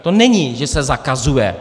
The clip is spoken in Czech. To není, že se zakazuje.